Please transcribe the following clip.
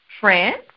France